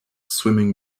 swimming